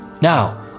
Now